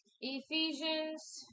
Ephesians